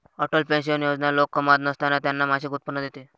Atal pension Yojana लोक कमावत नसताना त्यांना मासिक उत्पन्न देते